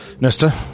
Nesta